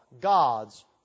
God's